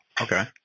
Okay